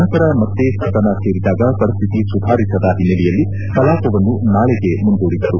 ನಂತರ ಮತ್ತೆ ಸದನ ಸೇರಿದಾಗ ಪರಿಸ್ಥಿತಿ ಸುಧಾರಿಸದ ಹಿನ್ನೆಲೆಯಲ್ಲಿ ಕಲಾಪವನ್ನು ನಾಳೆಗೆ ಮುಂದೂಡಿದರು